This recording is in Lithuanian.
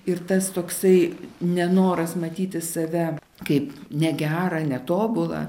ir tas toksai nenoras matyti save kaip negera netobula